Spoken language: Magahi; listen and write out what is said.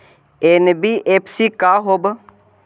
एन.बी.एफ.सी का होब?